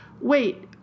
wait